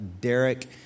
Derek